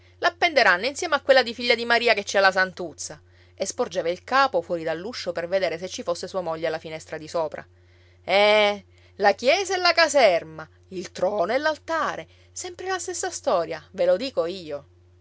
l'appenderanno insieme a quella di figlia di maria che ci ha la santuzza e sporgeva il capo fuori dall'uscio per vedere se ci fosse sua moglie alla finestra di sopra eh la chiesa e la caserma il trono e l'altare sempre la stessa storia ve lo dico io